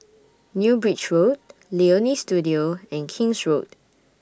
New Bridge Road Leonie Studio and King's Road